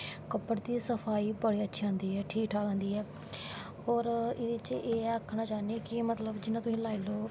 परतियै सफाई अच्छी आंदी ऐ ठीक ठाक आंदी ऐ और एह्दै च एह् आक्खनां चाह्नी आं कि मतलव जियां तुस लाई लैओ